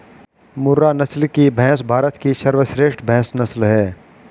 मुर्रा नस्ल की भैंस भारत की सर्वश्रेष्ठ भैंस नस्ल है